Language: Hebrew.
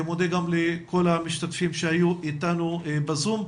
מודה גם לכל המשתתפים שהיו איתנו בזום.